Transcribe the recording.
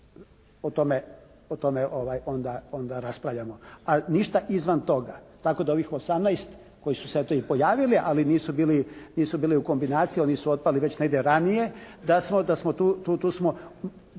o tome onda raspravljamo. A ništa izvan toga. Tako da ovih 18 koji su se eto i pojavili ali nisu bili, nisu bili u kombinaciji oni su otpali već negdje ranije da smo,